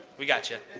we got you.